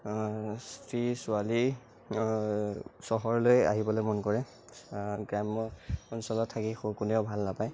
স্ত্ৰী ছোৱালী চহৰলৈ আহিবলৈ মন কৰে গ্ৰাম্য় অঞ্চলত থাকি কোনেও ভাল নাপায়